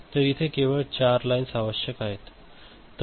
तर इथे केवळ या चार लाईन्स आवश्यक आहेत